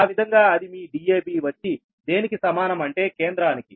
ఆ విధంగా అది మీ dab వచ్చి దేనికి సమానం అంటే కేంద్రానికి